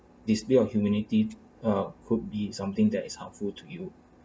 display of humility uh could be something that is harmful to you